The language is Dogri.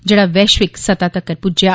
जेड़ा वैश्विक सतह तकर पुज्जेआ